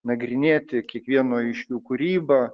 nagrinėti kiekvieno iš jų kūrybą